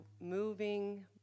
moving